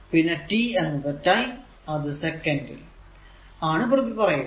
പിന്നെ t എന്നത് time അത് സെക്കന്റ് ൽ ആണ് പറയുക